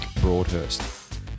Broadhurst